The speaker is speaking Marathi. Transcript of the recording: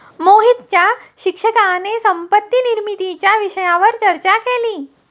मोहितच्या शिक्षकाने संपत्ती निर्मितीच्या विषयावर चर्चा केली